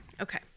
Okay